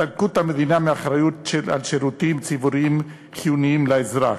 הסתלקות המדינה מאחריות על שירותים ציבוריים חיוניים לאזרח.